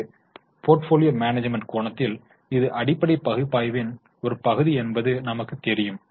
ஒரு portfolio management கோணத்தில் இது அடிப்படை பகுப்பாய்வின் ஒரு பகுதி என்பது நமக்கு தெரியும்